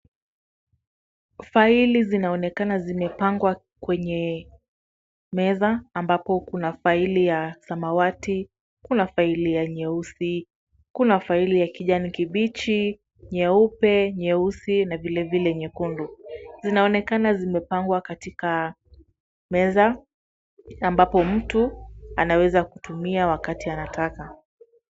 Faili zinaonekana zimepangwa kwenye meza ambapo kuna faili ya samawati, kuna faili ya nyeusi, kuna failii ya kijani kibichi, nyeupe, nyeusi na vilevile nyekundu. Zinaonekana zimepangwa katika meza ambapo mtu anaweza kutumia wakati anataka.